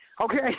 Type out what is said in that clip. Okay